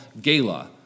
GALA